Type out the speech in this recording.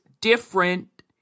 different